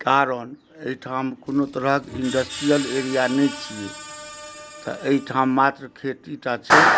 कारण एहिठाम कोनो तरहक इण्डस्ट्रियल एरिया नहि छियै तऽ एहिठाम मात्र खेती टा छै